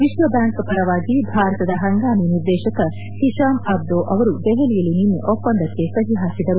ವಿಶ್ವಬ್ಯಾಂಕ್ ಪರವಾಗಿ ಭಾರತದ ಪಂಗಾಮಿ ನಿರ್ದೇಶಕ ಓಶಾಮ್ ಅಬ್ದೊ ಅವರು ದೆಪಲಿಯಲ್ಲಿ ನಿನ್ನೆ ಒಪ್ಪಂದಕ್ಕೆ ಸಓ ಪಾಕಿದರು